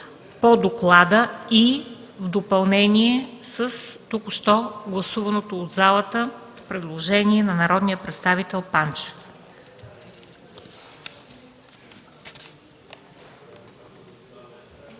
по доклада и в допълнение с току-що гласуваното от залата предложение на народния представител Панчев.